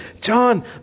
John